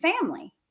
family